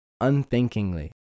unthinkingly